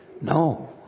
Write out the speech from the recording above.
no